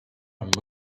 and